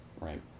Right